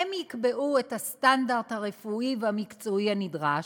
הן יקבעו את הסטנדרט הרפואי והמקצועי הנדרש,